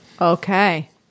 Okay